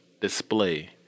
display